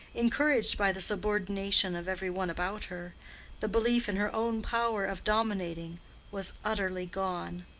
encouraged by the subordination of every one about her the belief in her own power of dominating was utterly gone.